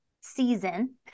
season